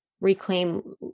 reclaim